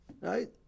Right